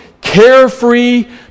carefree